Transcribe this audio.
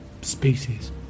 species